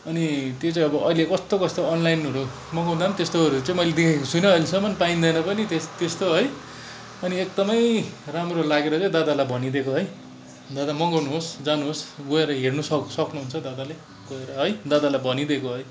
अनि त्यो चाहिँ अब अहिले कस्तो कस्तो अनलाइनहरू मगाउँदा पनि त्यस्तोहरू चाहिँ मैले देखेको छुइनँ अहिलेसम्म पाइँदैन पनि त्यस्तो है अनि एकदमै राम्रो लागेर चाहिँ दादालाई भनिदिएको है दादा मगाउनु होस् जानुहोस् गएर हेर्नुसक्नु हेर्नु सक सक्नुहुन्छ दादाले गएर है दादालाई भनिदिएको है